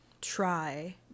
try